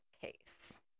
case